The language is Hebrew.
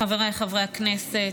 חבריי חברי הכנסת,